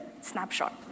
snapshot